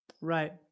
Right